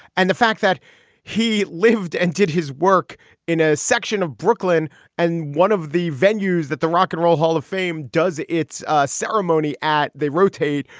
and the fact that he lived and did his work in a section of brooklyn and one of the venues that the rock n and roll hall of fame does its ceremony at. they rotate,